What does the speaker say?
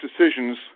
decisions